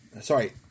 Sorry